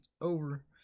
over